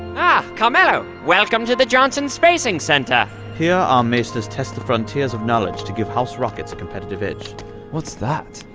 ah, carmelo! welcome to the johnson spacing center here, our maesters test the frontiers of knowledge to give house rockets a competitive edge what's that?